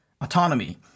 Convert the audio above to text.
autonomy